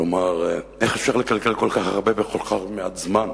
כלומר איך אפשר לקלקל כל כך הרבה בכל כך מעט זמן.